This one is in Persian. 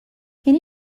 یعنی